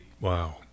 Wow